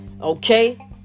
okay